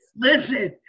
Listen